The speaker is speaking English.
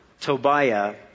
Tobiah